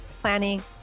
planning